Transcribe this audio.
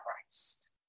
Christ